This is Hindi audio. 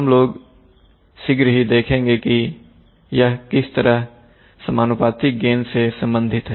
हम लोग शीघ्र ही देखेंगे कि यह किस तरह समानुपातिक गेन से संबंधित है